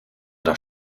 doch